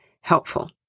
helpful